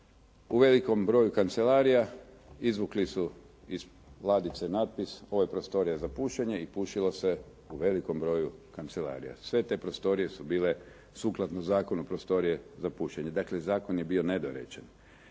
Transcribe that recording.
U velikom broju kancelarija izvukli su iz ladice natpis "ovo je prostorija za pušenje" i pušilo se u velikom broju kancelarija. Sve te prostorije su bile sukladno zakonu prostorije za pušenje. Dakle, zakon je bio nedorečen.